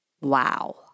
Wow